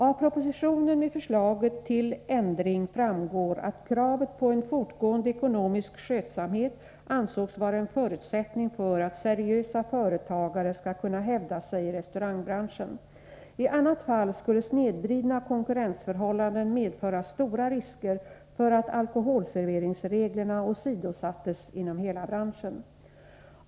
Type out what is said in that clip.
Av propositionen med förslaget till ändring framgår att kravet på en fortgående ekonomisk skötsamhet ansågs vara en förutsättning för att seriösa företagare skall kunna hävda sig i restaurangbranschen. I annat fall skulle snedvridna konkurrensförhållanden medföra stora risker för att alkoholserveringsreglerna åsidosattes inom hela branschen.